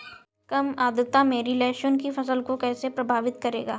कम आर्द्रता मेरी लहसुन की फसल को कैसे प्रभावित करेगा?